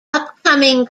upcoming